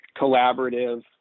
collaborative